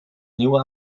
nieuwe